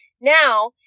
now